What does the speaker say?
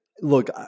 Look